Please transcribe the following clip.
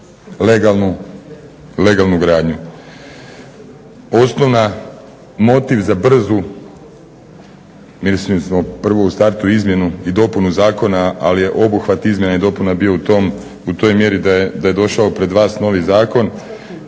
legalnu gradnju. Osnovni motiv za brzu, mislili smo prvo u startu izmjenu i dopunu zakona, ali je obuhvat izmjena i dopuna bio u toj mjeri da je došao pred vas novi zakon,